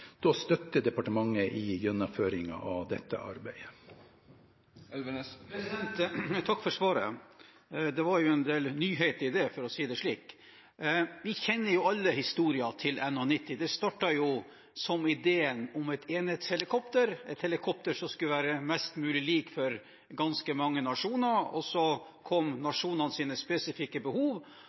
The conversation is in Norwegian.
departementet i gjennomføringen av dette arbeidet. Takk for svaret. Det var jo en del nyheter i det, for å si det slik. Vi kjenner alle historien til NH90. Det startet som ideen om et enhetshelikopter – et helikopter som skulle være mest mulig lik for ganske mange nasjoner. Så kom nasjonene med sine spesifikke behov,